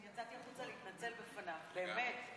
אני יצאתי החוצה להתנצל בפניו, באמת.